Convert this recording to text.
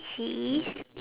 she is